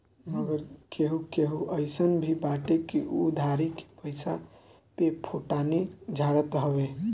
मगर केहू केहू अइसन भी बाटे की उ उधारी के पईसा पे फोटानी झारत हवे